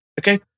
Okay